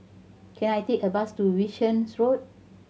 can I take a bus to Wishart's Road